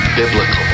biblical